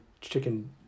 chicken